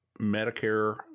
Medicare